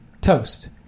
toast